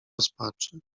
rozpaczy